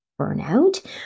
burnout